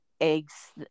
eggs